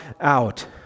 out